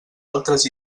altres